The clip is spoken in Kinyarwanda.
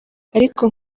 ariko